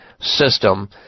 system